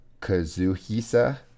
Kazuhisa